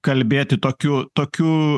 kalbėti tokiu tokiu